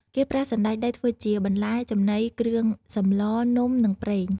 គេប្រើសណ្ដែកដីធ្វើជាបន្លែ ចំណី គ្រឿងសម្លរ នំ និងប្រេង។